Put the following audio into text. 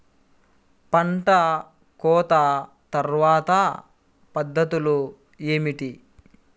పంట కోత తర్వాత పద్ధతులు ఏమిటి?